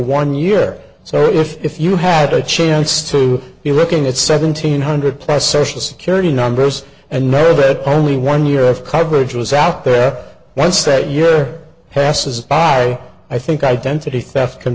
one year so if you had a chance to be looking at seventeen hundred plus social security numbers and never a bit only one year of coverage was out there once a year passes i think identity theft can